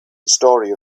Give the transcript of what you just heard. story